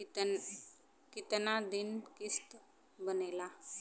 कितना दिन किस्त बनेला?